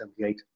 1978